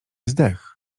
zdechł